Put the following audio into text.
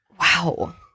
wow